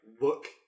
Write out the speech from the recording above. Look